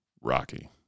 Rocky